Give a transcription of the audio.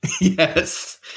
Yes